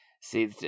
See